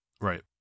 Right